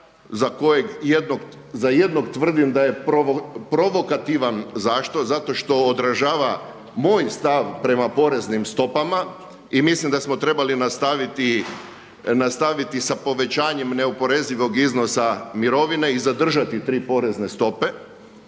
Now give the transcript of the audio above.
za kojeg, za jednog tvrdim da je provokativan. Zašto? Zato što odražava moj stav prema poreznim stopama i mislim da smo trebali nastaviti sa povećanjem neoporezivog iznosa mirovine i zadržati tri porezne stope